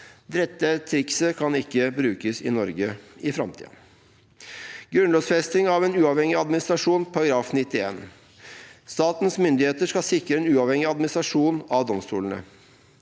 Dette trikset kan ikke brukes i Norge i framtiden. Grunnlovfesting av en uavhengig administrasjon, § 91: «Statens myndigheter skal sikre en uavhengig administrasjon av domstolene.»